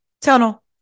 tunnel